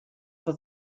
for